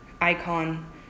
icon